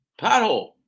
pothole